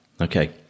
okay